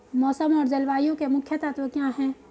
मौसम और जलवायु के मुख्य तत्व क्या हैं?